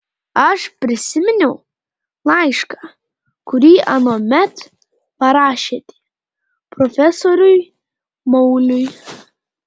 aš prisiminiau laišką kurį anuomet parašėte profesoriui mauliui